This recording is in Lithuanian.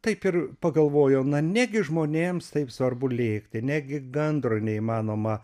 taip ir pagalvojau na negi žmonėms taip svarbu lėkti negi gandro neįmanoma